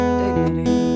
dignity